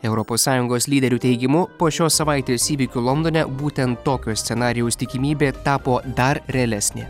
europos sąjungos lyderių teigimu po šios savaitės įvykių londone būtent tokio scenarijaus tikimybė tapo dar realesnė